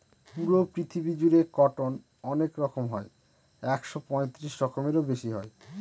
পুরো পৃথিবী জুড়ে কটন অনেক রকম হয় একশো পঁয়ত্রিশ রকমেরও বেশি হয়